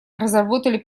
разработали